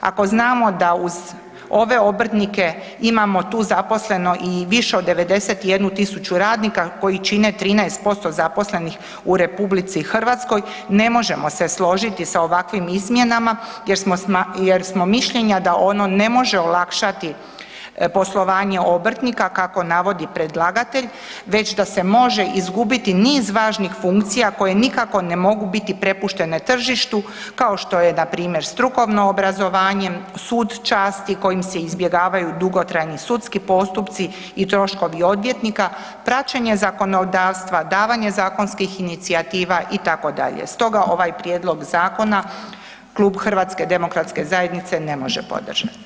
Ako znamo da uz ove obrtnike imamo tu zaposleno i više od 91.000 radnika koji čine 13% zaposlenih u RH ne možemo se složiti sa ovakvim izmjenama jer smo mišljenja da ono ne može olakšati poslovanje obrtnika kako navodi predlagatelj već da se može izgubiti niz važnih funkcija koje nikako ne mogu biti prepuštene tržištu kao što je npr. strukovno obrazovanje, Sud časti kojim se izbjegavaju dugotrajni sudski postupci i troškovi odvjetnika, praćenje zakonodavstva, davanje zakonskih inicijativa itd. stoga ovaj prijedlog zakona klub HDZ-a ne može podržati.